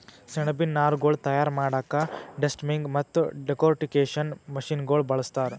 ಸೆಣಬಿನ್ ನಾರ್ಗೊಳ್ ತಯಾರ್ ಮಾಡಕ್ಕಾ ಡೆಸ್ಟಮ್ಮಿಂಗ್ ಮತ್ತ್ ಡೆಕೊರ್ಟಿಕೇಷನ್ ಮಷಿನಗೋಳ್ ಬಳಸ್ತಾರ್